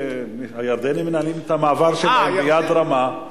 הירדנים מנהלים את המעבר שלהם ביד רמה.